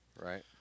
right